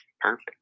Perfect